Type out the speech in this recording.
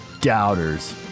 doubters